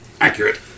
accurate